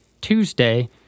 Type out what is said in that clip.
Tuesday